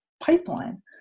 pipeline